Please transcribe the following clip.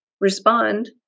respond